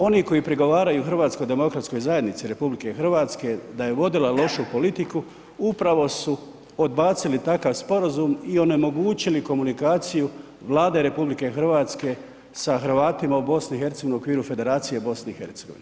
Oni koji prigovaraju HDZ-u RH da je vodila lošu politiku upravo su podbacili takav sporazum i onemogućili komunikaciju Vlade RH sa Hrvatima u BiH u okviru Federacije BiH.